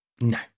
No